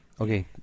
Okay